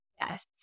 Yes